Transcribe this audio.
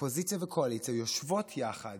אופוזיציה וקואליציה, יושבות יחד